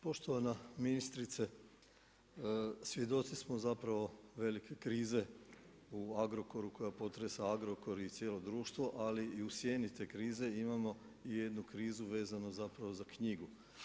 Poštovana ministrice, svjedoci smo zapravo velike krize o Agrokoru koja potresa Agrokor i cijelo društvo, ali i u sjeni te krize imamo i jednu krizu vezanu zapravo za knjigu.